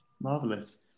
marvelous